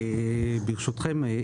ברשותכם,